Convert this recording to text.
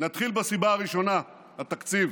נתחיל בסיבה הראשונה, התקציב.